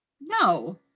no